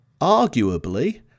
arguably